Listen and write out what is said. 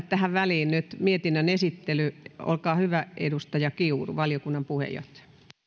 tähän väliin nyt mietinnön esittely olkaa hyvä edustaja kiuru valiokunnan puheenjohtaja arvoisa